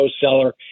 seller